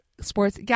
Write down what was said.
Sports